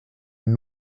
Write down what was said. une